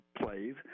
Plays